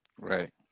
Right